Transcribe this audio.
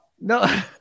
No